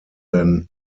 than